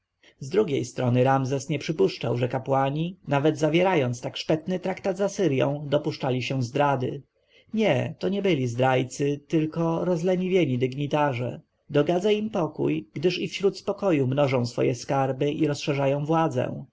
z drugiej strony ramzes nie przypuszczał że kapłani nawet zawierając tak szpetny traktat z asyrją dopuszczali się zdrady nie to nie byli zdrajcy ale rozleniwieni dygnitarze dogadza im pokój gdyż i wśród spokoju mnożą swoje skarby i rozszerzają władzę